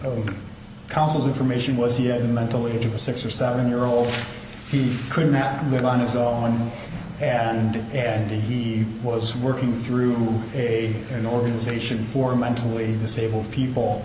the council's information was he had the mental age of a six or seven year old he could not live on his own and and he was working through a an organization for mentally disabled people